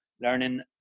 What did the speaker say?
learning